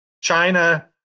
China